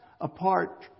apart